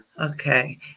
Okay